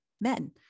men